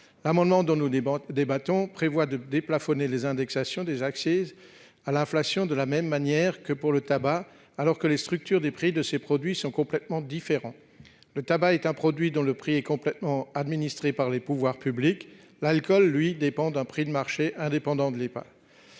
L'amendement dont nous débattons vise à déplafonner l'indexation des accises sur l'inflation de la même manière que pour le tabac, alors que les structures des prix de ces produits sont complètement différentes : le tabac est un produit dont le prix est complètement administré par les pouvoirs publics ; l'alcool dépend, lui, d'un prix de marché indépendant de l'État.